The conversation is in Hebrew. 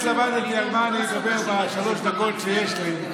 התלבטתי על מה אני אדבר בשלוש הדקות שיש לי.